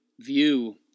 view